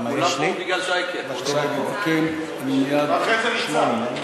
כולם פה